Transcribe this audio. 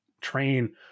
train